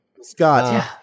scott